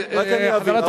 רק אני אוויר.